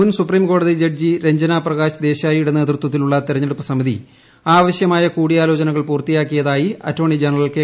മുൻ സുപ്രീംകോടതി ജഡ്ജി രഞ്ജന പ്രകാശ് ദേശായിയുടെ നേതൃത്വത്തിലുള്ള തെരഞ്ഞെടുപ്പ് സമിതി ആവശ്യമായ കൂടിയാലോചനകൾ പൂർത്തിയാക്കിയതായി അറ്റോർണി ജനറൽ കെ